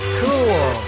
cool